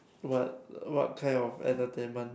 what what kind of entertainment